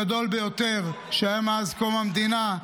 הגדול ביותר שהיה מאז קום המדינה.